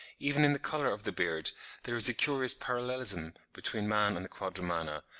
even in the colour of the beard there is a curious parallelism between man and the quadrumana,